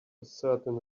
ascertain